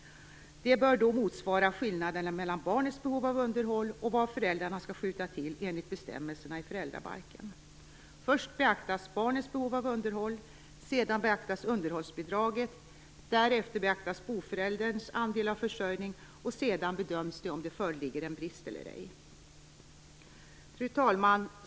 Det bör då motsvara skillnaden mellan barnets behov av underhåll och vad föräldrarna skall skjuta till enligt bestämmelserna i föräldrabalken. Först beaktas barnets behov av underhåll, sedan beaktas underhållsbidraget, därefter beaktas boförälderns andel av försörjning och sedan bedöms det om det föreligger en brist eller ej. Fru talman!